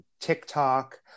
TikTok